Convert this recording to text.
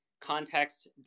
context